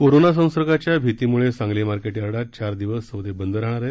corona संसर्गाच्या भीतीमुळं Sangli market यार्डात चार दिवस सौदे बंद राहणार आहेत